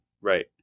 Right